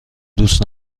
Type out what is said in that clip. دوست